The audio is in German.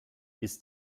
ist